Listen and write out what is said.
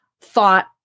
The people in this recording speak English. thought